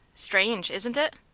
strange, isn't it?